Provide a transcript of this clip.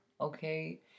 Okay